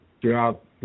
throughout